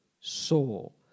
soul